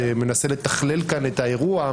שמנסה לתכלל כאן את האירוע,